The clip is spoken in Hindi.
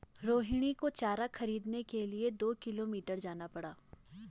रोहिणी को चारा खरीदने के लिए दो किलोमीटर जाना पड़ा